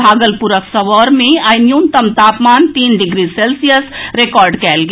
भागलपुरक सबौर मे आई न्यूनतम तापमान तीन डिग्री सेल्सियस रिकॉर्ड कयल गेल